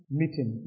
meeting